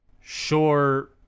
sure